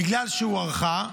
בגלל שהוארכה,